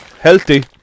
Healthy